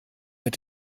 mit